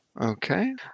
Okay